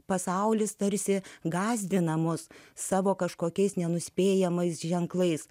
pasaulis tarsi gąsdinamos savo kažkokiais nenuspėjamais ženklais